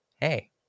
Hey